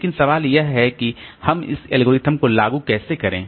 लेकिन सवाल यह है कि हम इस एल्गोरिथ्म को कैसे लागू करें